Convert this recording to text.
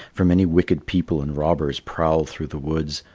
for many wicked people and robbers prowl through the woods,